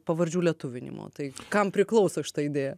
pavardžių lietuvinimo tai kam priklauso šita idėja